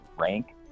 rank